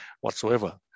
whatsoever